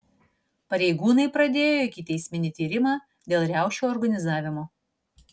pareigūnai pradėjo ikiteisminį tyrimą dėl riaušių organizavimo